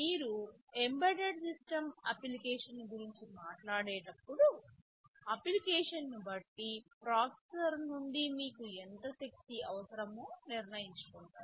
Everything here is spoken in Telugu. మీరు ఎంబెడెడ్ సిస్టమ్ అప్లికేషన్ గురించి మాట్లాడేటప్పుడు అప్లికేషన్ను బట్టి ప్రాసెసర్ నుండి మీకు ఎంత శక్తి అవసరమో నిర్ణయించుకుంటారు